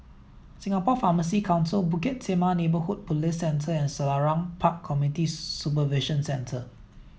Singapore Pharmacy Council Bukit Timah Neighbourhood Police Centre and Selarang Park Community Supervision Centre